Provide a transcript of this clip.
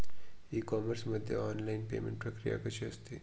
E commerce मध्ये online payment प्रक्रिया कशी असते?